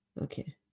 Okay